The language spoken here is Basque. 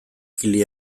kili